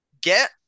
get